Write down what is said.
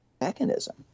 mechanism